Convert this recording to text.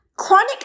chronic